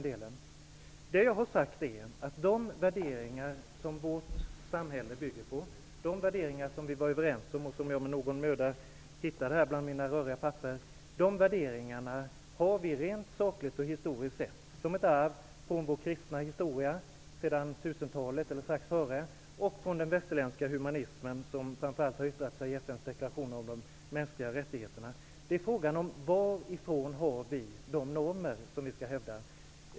Det jag har sagt är att de värderingar som vårt samhälle bygger på, som vi var överens om och som jag med någon möda hittade i mina röriga papper, dem har har vi, rent sakligt och historiskt sett, som ett arv från vår kristna historia sedan 1000-talet eller strax före och från den västerländska humanismen, som framför allt har yttrat sig i FN:s deklaration om de mänskliga rättigheterna. Det är frågan om varifrån vi har fått de normer vi skall hävda.